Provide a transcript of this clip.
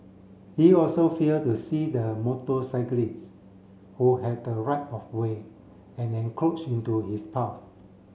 he also failed to see the motorcyclist who had the right of way and encroached into his path